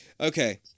Okay